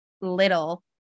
little